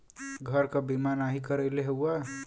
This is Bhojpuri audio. घर क बीमा नाही करइले हउवा